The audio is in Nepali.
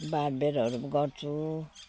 बारबेरहरू गर्छु